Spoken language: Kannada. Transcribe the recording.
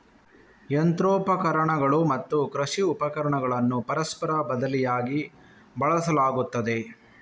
ಯಂತ್ರೋಪಕರಣಗಳು ಮತ್ತು ಕೃಷಿ ಉಪಕರಣಗಳನ್ನು ಪರಸ್ಪರ ಬದಲಿಯಾಗಿ ಬಳಸಲಾಗುತ್ತದೆ